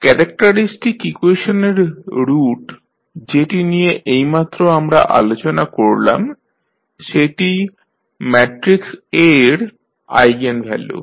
characteristic ইকুয়েশনের root যেটি নিয়ে এইমাত্র আমরা আলোচনা করলাম সেটাই ম্যাট্রিক্স A এর আইগেনভ্যালু